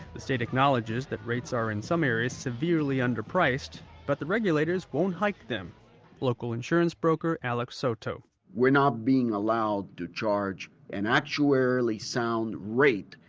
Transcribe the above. the state acknowledges rates are in some areas severely underpriced. but the regulators won't hike them local insurance broker alex soto we're not being allowed to charge an actuarially sound rate.